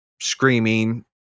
screaming